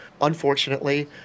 unfortunately